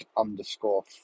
underscore